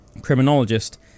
Criminologist